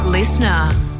Listener